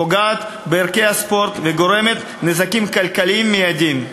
פוגעת בערכי הספורט וגורמת נזקים כלכליים מיידיים.